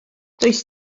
does